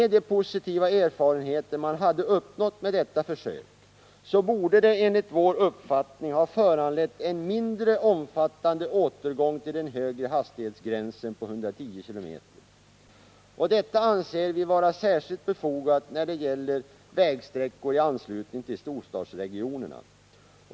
De positiva erfarenheter man hade uppnått med detta försök borde enligt vår uppfattning ha föranlett en mindre omfattande återgång till den högre hastighetsgränsen på 110 km/tim. Detta anser vi vara särskilt befogat när det gäller vägsträckor i anslutning till storstadsregionerna.